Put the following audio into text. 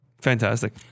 fantastic